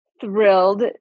thrilled